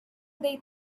they